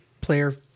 player